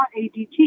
adt